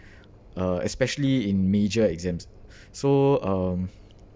uh especially in major exams so um